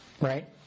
Right